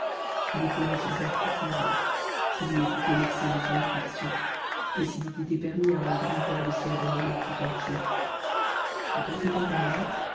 il eût pteuré son père toute sa vie s'il eût écouté l'excès de son affliction et s'il eût été permis à un grand lûi de s'y abandonner tout entier dans cet intervalle